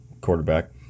quarterback